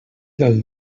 del